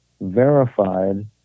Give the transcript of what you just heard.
verified